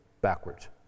backwards